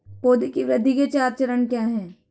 पौधे की वृद्धि के चार चरण क्या हैं?